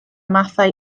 mathau